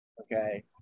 okay